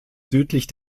südlich